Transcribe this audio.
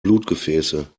blutgefäße